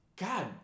God